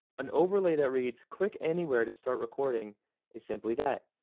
an overlay that reads click anywhere to start recording is simply that.